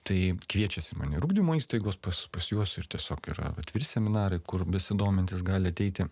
tai kviečiasi mane ir ugdymo įstaigos pas pas juos ir tiesiog yra atviri seminarai kur besidomintys gali ateiti